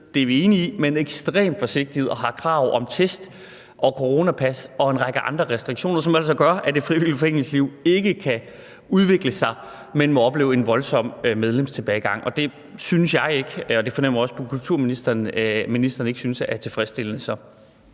udviser ekstrem forsigtighed og har krav om test og coronapas og en række andre restriktioner, som altså gør, at det frivillige foreningsliv ikke kan udvikle sig, men må opleve en voldsom medlemstilbagegang, og det fornemmer jeg også kulturministeren ikke synes er tilfredsstillende,